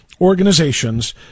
organizations